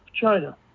China